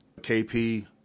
KP